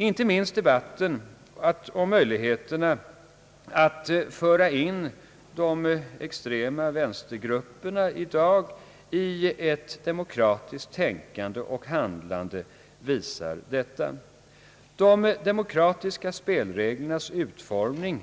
Inte minst debatten om möjligheterna att föra in de extrema vänstergrupperna i dag i ett demokratiskt tänkande och handlande visar detta. De demokratiska spelreglernas utformning